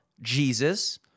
Jesus